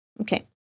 Okay